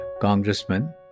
congressman